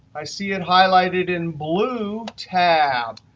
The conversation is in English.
i see it highlighted in blue, tab,